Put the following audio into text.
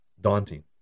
daunting